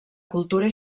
cultura